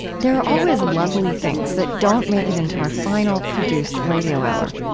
there are always lovely things that don't make it into our final produced radio hour.